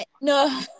no